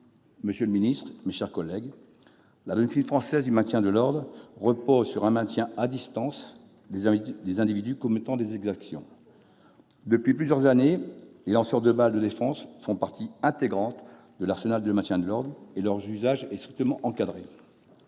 Monsieur le secrétaire d'État, mes chers collègues, la doctrine française de maintien de l'ordre repose sur un maintien à distance des individus commettant des exactions. Depuis plusieurs années, les lanceurs de balles de défense font partie intégrante de l'arsenal de maintien de l'ordre et leur usage est strictement encadré.